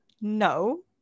No